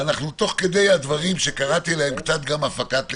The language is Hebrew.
תוך כדי הדברים שקראתי להם הפקת לקחים,